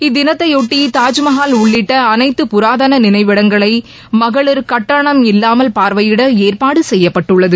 இத்தினத்தையொட்டி தாஜ்மஹால் உள்ளிட்ட அனைத்து புராதன நினைவிடங்களை மகளிர கட்டணம் இல்லாமல் பார்வையிட ஏற்பாடு செய்யப்பட்டுள்ளது